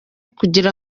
kugira